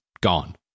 gone